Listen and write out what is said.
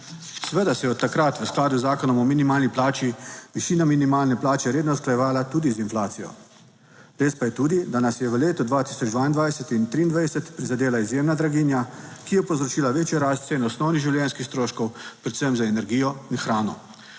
Seveda se je od takrat v skladu z zakonom o minimalni plači višina minimalne plače redno usklajevala tudi z inflacijo. Res pa je tudi, da nas je v letu 2022 in 23 prizadela izjemna draginja, ki je povzročila večjo rast cen osnovnih življenjskih stroškov, predvsem za energijo in hrano,